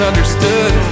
Understood